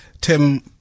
Tim